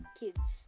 kids